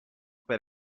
per